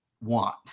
want